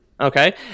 Okay